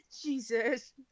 Jesus